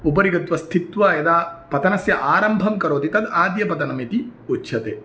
उपरि गत्वा स्थित्वा यदा पतनस्य आरम्भं करोति तद् आद्यपतनमिति उच्यते